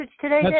today